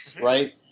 right